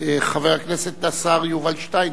חבר הכנסת השר יובל שטייניץ,